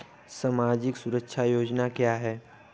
सामाजिक सुरक्षा योजना क्या है?